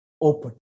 open